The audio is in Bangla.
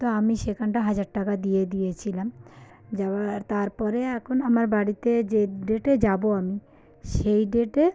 তো আমি সেখানটা হাজার টাকা দিয়ে দিয়েছিলাম যাওয়ার তার পরে এখন আমার বাড়িতে যে ডেটে যাব আমি সেই ডেটে